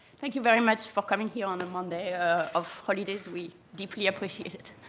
thank you very much for coming here on a monday of holidays. we deeply appreciate it.